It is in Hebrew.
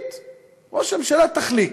ראש הממשלה, תחליט,